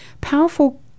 powerful